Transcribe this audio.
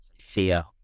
fear